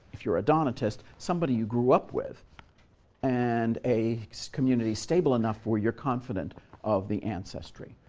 if you're a donatist, somebody you grew up with and a community stable enough where you're confident of the ancestry.